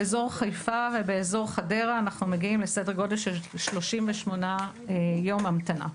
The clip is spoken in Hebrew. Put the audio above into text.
באזור חיפה ובאזור חדרה אנחנו מגיעים לסדר גודל של 38 יום המתנה.